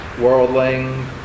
worldling